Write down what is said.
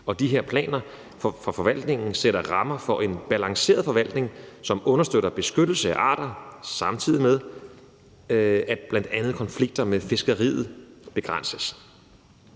De her planer fra forvaltningen sætter rammer for en balanceret forvaltning, som understøtter beskyttelse af arter, samtidig med at bl.a. konflikter med fiskeriet begrænses.